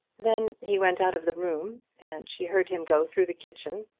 then he went out of the room, and she heard him go through the kitchen,